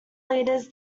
leaders